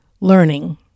learning